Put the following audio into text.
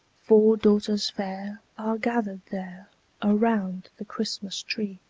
four daughters fair are gathered there around the christmas-tree.